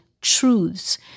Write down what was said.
truths